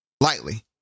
lightly